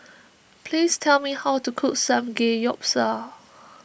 please tell me how to cook Samgeyopsal